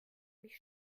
mich